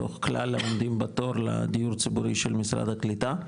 מתוך כלל העומדים בתור לדיור ציבורי של משרד הקליטה.